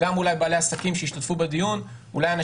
אולי גם בעלי עסקים שהשתתפו בדיון,